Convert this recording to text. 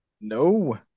No